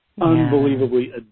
unbelievably